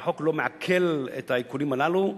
החוק לא מעקל את העיקולים הללו,